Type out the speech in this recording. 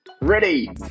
Ready